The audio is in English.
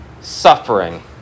suffering